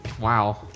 wow